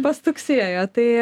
pastuksėjo tai